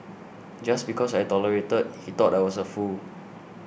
just because I tolerated he thought I was a fool